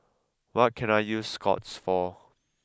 what can I use Scott's for